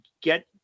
get